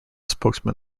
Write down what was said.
spokesman